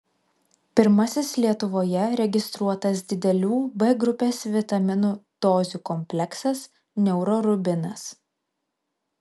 pirmasis lietuvoje registruotas didelių b grupės vitaminų dozių kompleksas neurorubinas